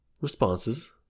responses